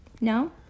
No